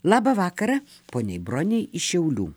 labą vakarą poniai bronei iš šiaulių